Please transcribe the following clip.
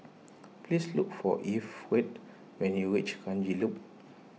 please look for Eve we when you reach Kranji Loop